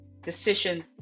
decision